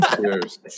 Cheers